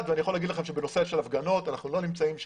ואני יכול לומר לכם שבנושא של הפגנות אנחנו לא נמצאים שם.